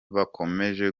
bakomeje